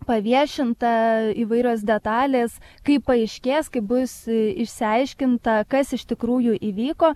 paviešinta įvairios detalės kaip paaiškės kai bus išsiaiškinta kas iš tikrųjų įvyko